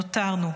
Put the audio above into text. נותרנו.